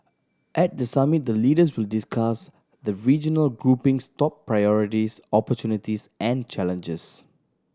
at the summit the leaders will discuss the regional grouping's top priorities opportunities and challenges